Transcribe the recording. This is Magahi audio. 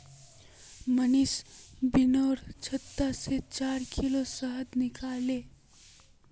मनीष बिर्निर छत्ता से चार किलो शहद निकलाले